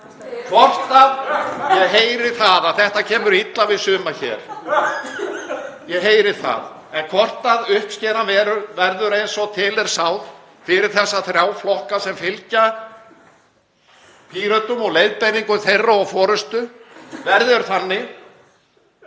fram í.) Ég heyri það að þetta kemur illa við suma hér. Ég heyri það. En hvort uppskeran verður eins og til er sáð fyrir þessa þrjá flokka sem fylgja Pírötum og leiðbeiningum þeirra og forystu verður þannig